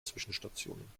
zwischenstationen